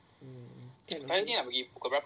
mm can